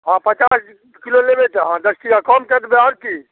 हँ पचास किलो लेबै तऽ हँ दस टका कम कऽ देबै आओर की